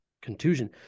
contusion